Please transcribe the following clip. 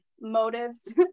motives